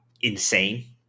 insane